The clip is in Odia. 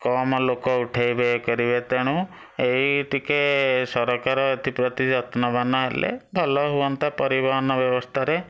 କମ୍ ଲୋକ ଉଠାଇବେ ଇଏ କରିବେ ତେଣୁ ଏଇ ଟିକେ ସରକାର ଏଥିପ୍ରତି ଯତ୍ନବାନ ହେଲେ ଭଲ ହୁଅନ୍ତା ପରିବହନ ବ୍ୟବସ୍ଥାରେ